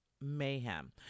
mayhem